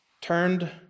turned